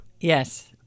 Yes